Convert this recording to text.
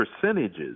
percentages